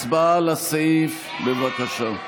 הצבעה על הסעיף, בבקשה.